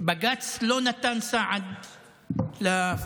בג"ץ לא נתן סעד לפלסטינים